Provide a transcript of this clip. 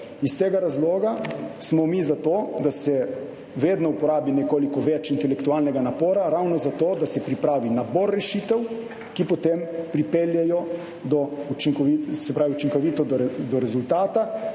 To so razlogi, da smo mi za to, da se vedno uporabi nekoliko več intelektualnega napora ravno zato, da se pripravi nabor rešitev, ki potem učinkovito pripeljejo do rezultata